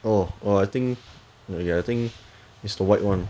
orh orh I think oh ya I think is the white [one]